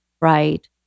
right